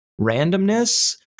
randomness